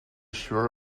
sure